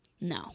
No